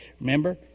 Remember